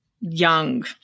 young